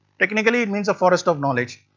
technically it means the forest of knowledge,